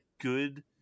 good